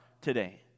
today